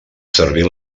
servir